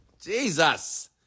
Jesus